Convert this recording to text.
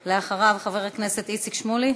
לאחריו, חבר הכנסת איציק שמולי,